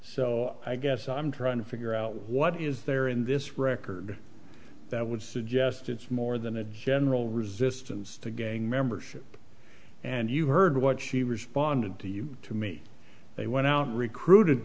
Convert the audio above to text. so i guess i'm trying to figure out what is there in this record that would suggest it's more than a general resistance to gang membership and you heard what she responded to you to me they went out recruited